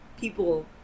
people